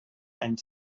and